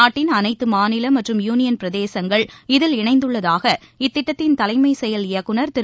நாட்டின் அனைத்து மாநில மற்றும் யூனியன்பிரதேசங்கள் இதில் இணைந்துள்ளதாக இத்திட்டத்தின் தலைமை செயல் இயக்குநர் திரு